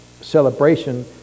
celebration